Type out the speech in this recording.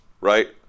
right